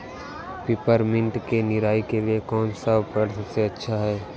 Peppermint की निराई के लिए कौन सा उपकरण सबसे अच्छा है?